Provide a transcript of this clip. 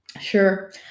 Sure